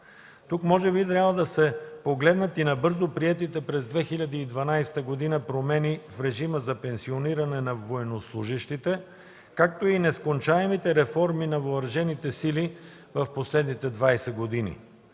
Тук може би трябва да се погледнат и набързо приетите през 2012 г. промени в режима за пенсиониране на военнослужещите, както и нескончаемите реформи на въоръжените сили в последните 20 години.